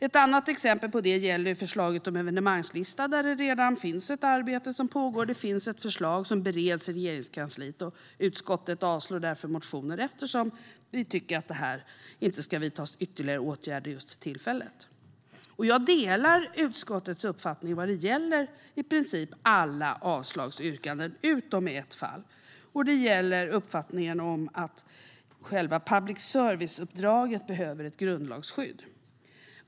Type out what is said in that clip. Ett annat exempel på det är förslaget om evenemangslista, där det redan finns ett arbete som pågår. Det finns ett förslag som bereds i Regeringskansliet, och utskottet avstyrker därför motionen eftersom vi inte tycker att det ska vidtas ytterligare åtgärder just för tillfället. Jag delar utskottets uppfattning vad gäller alla avslagsyrkanden - utom i ett fall. Det gäller uppfattningen att själva public service-uppdraget behöver ett grundlagsskydd.